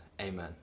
Amen